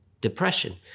depression